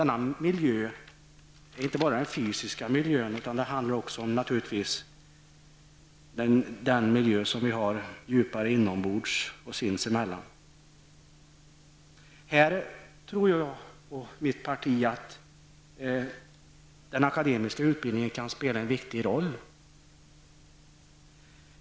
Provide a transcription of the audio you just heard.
Detta gäller inte bara den fysiska miljön, utan det handlar också naturligtvis om den miljö vi har djupare inombords och sinsemellan. Mitt parti och jag tror att den akademiska utbildningen kan spela en viktig roll.